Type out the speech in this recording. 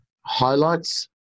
highlights